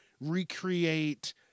recreate